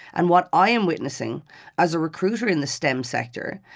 and what i am witnessing as a recruiter in the stem sector,